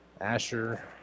Asher